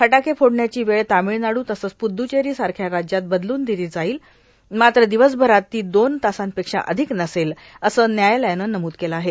फटाके फोडण्याची वेळ तामिळनाडू तसंच प्दुचेरी सारख्या राज्यात बदलून दिली जाईल मात्र दिवसभरात ती दोन तासांपेक्षा अधिक नसेल असं न्यायालयानं नमूद केलं आहे